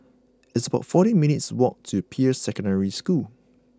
it's about fourteen minutes' walk to Peirce Secondary School